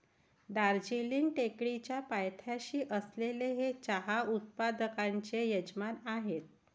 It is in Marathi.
दार्जिलिंग टेकडीच्या पायथ्याशी असलेले हे चहा उत्पादकांचे यजमान आहे